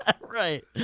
Right